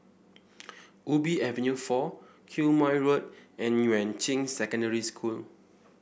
Ubi Avenue four Quemoy Road and Yuan Ching Secondary School